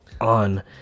on